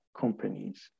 companies